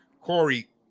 Corey